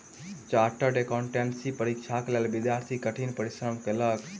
chartered accountancy परीक्षाक लेल विद्यार्थी कठिन परिश्रम कएलक